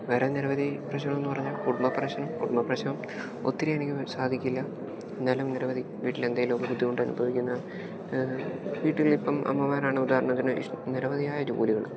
വേറെ നിരവധി പ്രശ്നം എന്ന് പറഞ്ഞാൽ കുടുംബപ്രശ്നം കുടുംബപ്രശ്നം ഒത്തിരിയെനിക്ക് സാധിക്കില്ല എന്നാലും നിരവധി വീട്ടിലെന്തേലുമൊക്കെ ബുദ്ധിമുട്ടനുഭവിക്കുന്ന വീട്ടിലിപ്പം അമ്മമാരാണ് ഉദാഹരണത്തിന് നിരവധിയായ ജോലികള്